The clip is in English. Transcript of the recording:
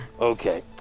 Okay